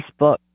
Facebook